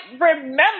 remember